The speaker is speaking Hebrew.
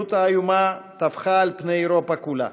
שהמציאות האיומה טפחה על פני אירופה כולה,